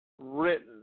written